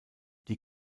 die